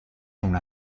una